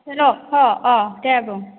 hello अह अह दे बुं